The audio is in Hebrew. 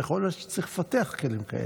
ויכול להיות שצריך לפתח כלים כאלה.